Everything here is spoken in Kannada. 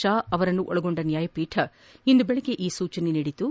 ಶಾ ಅವರನ್ನು ಒಳಗೊಂಡ ನ್ನಾಯಪೀಠವೊಂದು ಇಂದು ಬೆಳಗ್ಗೆ ಈ ಸೂಚನೆ ನೀಡಿದ್ದು